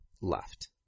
left